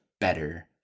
better